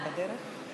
אוקיי,